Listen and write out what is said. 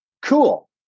Cool